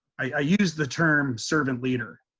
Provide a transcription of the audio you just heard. i used the term servant leader